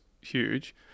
huge